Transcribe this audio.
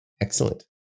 Excellent